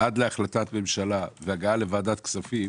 עד להחלטת ממשלה והגעה לוועדת הכספים